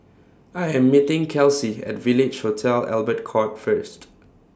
I Am meeting Kelcie At Village Hotel Albert Court First